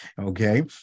Okay